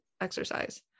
exercise